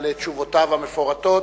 על תשובותיו המפורטות.